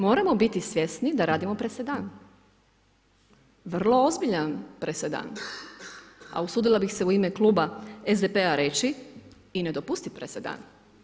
Moramo biti svjesni da radimo presedan, vrlo ozbiljan presedan, a usudila bih se u ime kluba SDP-a reći i ne dopustiv presedan.